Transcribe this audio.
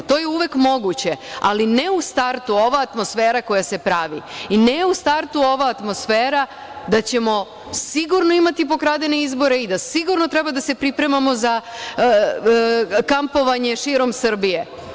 To je uvek moguće, ali ne u startu ova atmosfera koja se pravi i ne u startu ova atmosfera da ćemo sigurno imati pokradene izbore i da sigurno treba da se pripremamo za kampovanje širom Srbije.